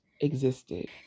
existed